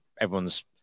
everyone's